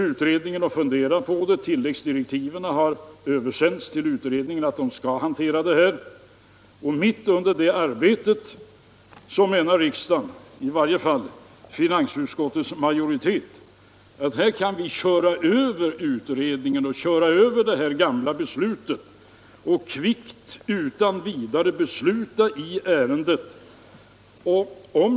Utredningen har fått tilläggsdirektiv härom och överväger nu detta spörsmål. Mitt under det arbetet menar riksdagen, eller i varje fall finansutskottets majoritet, att vi kan ”köra över” det gamla beslutet och företagsskatteberedningen och utan vidare fatta ett nytt beslut i ärendet.